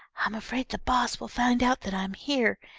i'm afraid the boss will find out that i'm here.